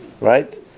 Right